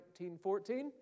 1914